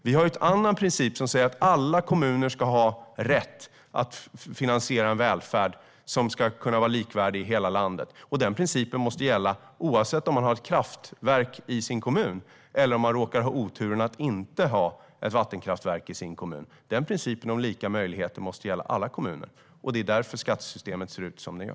Vi har en annan princip som säger att alla kommuner ska ha rätt att kunna finansiera en välfärd som ska vara likvärdig i hela landet. Och den principen måste gälla oavsett om man har ett vattenkraftverk i sin kommun eller om man råkar ha oturen att inte ha det. Principen om lika möjligheter måste gälla alla kommuner. Det är därför skattesystemet ser ut som det gör.